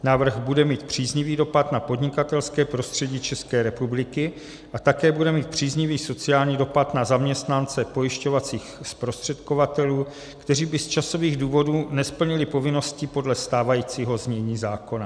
Návrh bude mít příznivý dopad na podnikatelské prostředí České republiky a také bude mít příznivý sociální dopad na zaměstnance pojišťovacích zprostředkovatelů, kteří by z časových důvodů nesplnili povinnosti podle stávajícího znění zákona.